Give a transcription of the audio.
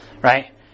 Right